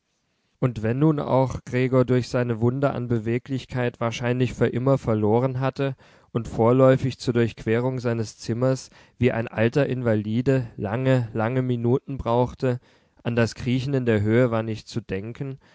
und wenn nun auch gregor durch seine wunde an beweglichkeit wahrscheinlich für immer verloren hatte und vorläufig zur durchquerung seines zimmers wie ein alter invalide lange lange minuten brauchte an das kriechen in der höhe war nicht zu denken